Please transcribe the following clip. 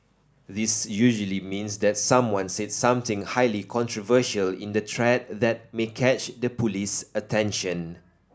this usually means that someone said something highly controversial in the thread that may catch the police's attention